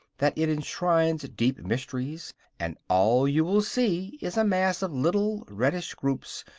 that it enshrines deep mysteries and all you will see is a mass of little, reddish groups,